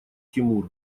тимур